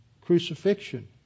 crucifixion